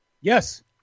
Yes